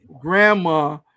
grandma